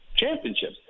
championships